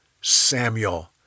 Samuel